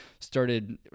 started